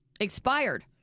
Expired